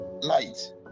light